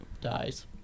dies